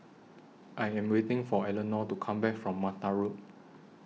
I Am waiting For Eleanor to Come Back from Mata Road